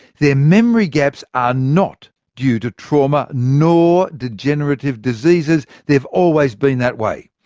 their memory gaps are not due to trauma nor degenerative diseases they've always been that way.